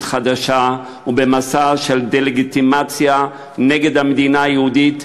חדשה ובמסע של דה-לגיטימציה נגד המדינה היהודית,